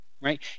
right